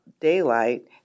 daylight